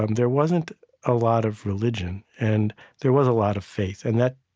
um there wasn't a lot of religion, and there was a lot of faith. and that